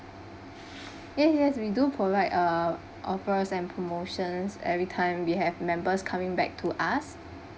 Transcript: yes yes we do provide uh offers and promotions every time we have members coming back to us